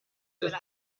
ist